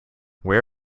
where